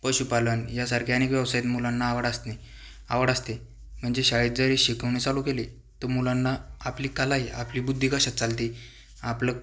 पशुपालन यासारख्या अनेक व्यवसायात मुलांना आवड असते आवड असते म्हणजे शाळेत जरी शिकवणी चालू केली तर मुलांना आपली कला आहे आपली बुद्धी कशात चालती आपलं